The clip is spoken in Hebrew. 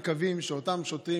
אנו מקווים שאותם שוטרים,